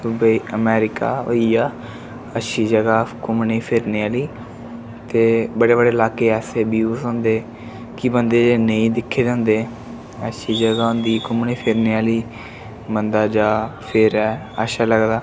Dubai America होई गेआ अच्छी जगह् घूमने फिरने आह्ली ते बड़े बड़े लाके ऐसे व्यूज होंदे कि बन्दे जे नेईं दिक्खे दे होंदे अच्छी जगह् होंदी घूमने फिरने आह्ली बन्दा जा फिरै अच्छा लगदा